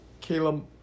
Caleb